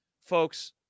Folks